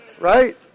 Right